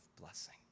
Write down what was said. blessing